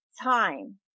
time